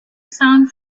sound